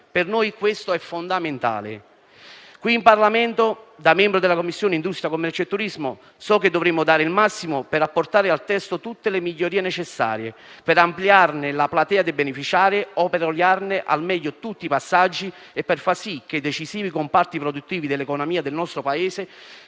Per noi questo è fondamentale. Qui in Parlamento, da membro della Commissione industria, commercio e turismo, so che dovremo dare il massimo per apportare al testo tutte le migliorie necessarie per ampliare la platea di beneficiari e per oliare al meglio tutti i passaggi, facendo sì che decisivi comparti produttivi dell'economia del nostro Paese